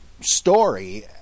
story